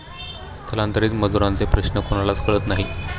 स्थलांतरित मजुरांचे प्रश्न कोणालाच कळत नाही